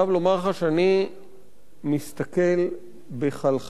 חייב לומר לך שאני מסתכל בחלחלה